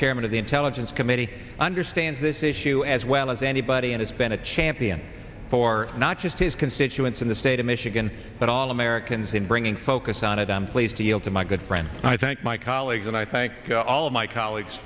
chairman of the intelligence committee understands this issue as well as anybody and it's been a champion for not just his constituents in the state of michigan but all americans in bringing focus on it i'm pleased to yield to my good friend and i thank my colleagues and i thank all of my colleagues